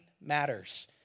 matters